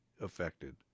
affected